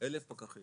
אלף פקחים.